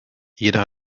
jeder